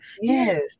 Yes